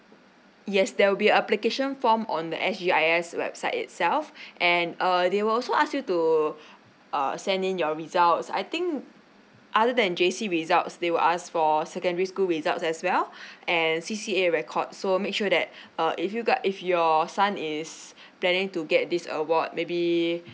yes there will be application form on the S_G_I_S website itself and err they will also ask you to err send in your results I think other than J_C results they will ask for secondary school results as well and C_C_A record so make sure that uh if you got if your son is planning to get this award may be